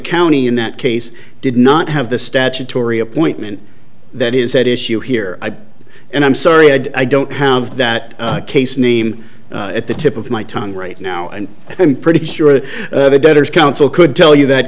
county in that case did not have the statutory appointment that is at issue here and i'm sorry i don't have that case name at the tip of my tongue right now and i'm pretty sure that bettors counsel could tell you that